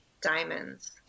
diamonds